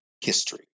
history